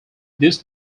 this